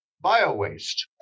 bio-waste